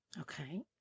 Okay